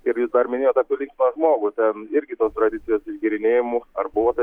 ir jūs dar minėjot apie linksmą žmogų ten irgi tos tradicijos išgėrinėjimų ar buvo taip